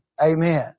Amen